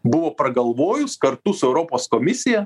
buvo pragalvojus kartu su europos komisija